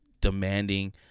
demanding